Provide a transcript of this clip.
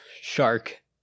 shark